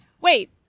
Wait